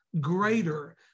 greater